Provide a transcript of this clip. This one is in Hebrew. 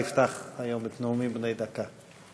חופשה ביום שבו מתקיימות בחירות מקדימות במפלגה שבה חבר העובד),